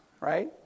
right